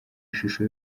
ishusho